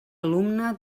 alumne